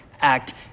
act